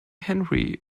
henry